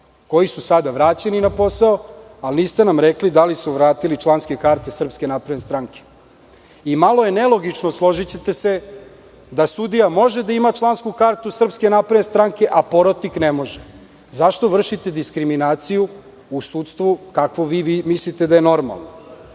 koji su sada vraćeni na posao, ali niste nam rekli da li su vratili članske karte SNS. Malo je nelogično, složićete se, da sudija može da ima člansku kartu SNS a porotnik ne može. Zašto vršite diskriminaciju u sudstvu, kako vi mislite da je normalno? Sporost